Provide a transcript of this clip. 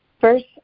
First